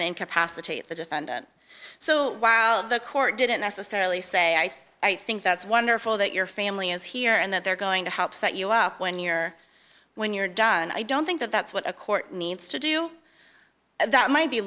incapacitate the defendant so while the court didn't necessarily say i think that's wonderful that your family is here and that they're going to help set you up when you're when you're done i don't think that that's what a court needs to do you that might be